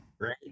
Right